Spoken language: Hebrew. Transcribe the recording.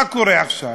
מה קורה עכשיו?